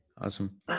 Awesome